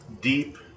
deep